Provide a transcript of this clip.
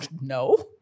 no